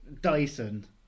Dyson